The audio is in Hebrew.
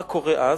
מה קורה אז?